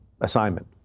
assignment